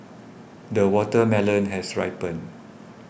the watermelon has ripened